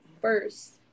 first